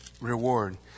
reward